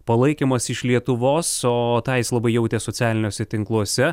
palaikymas iš lietuvos o tą jis labai jautė socialiniuose tinkluose